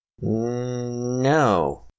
no